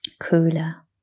cooler